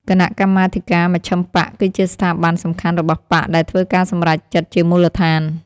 គណៈកម្មាធិការមជ្ឈិមបក្សគឺជាស្ថាប័នសំខាន់របស់បក្សដែលធ្វើការសម្រេចចិត្តជាមូលដ្ឋាន ។